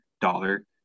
dollar